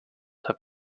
have